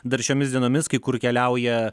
dar šiomis dienomis kai kur keliauja